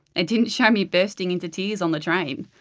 it didn't show me bursting into tears on the train,